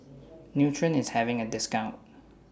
Nutren IS having A discount